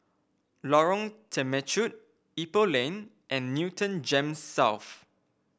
Lorong Temechut Ipoh Lane and Newton Gems South